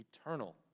eternal